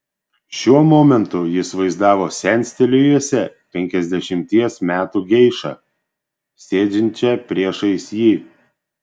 šiuo momentu jis vaizdavo senstelėjusią penkiasdešimties metų geišą sėdinčią priešais jį